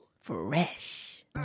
Fresh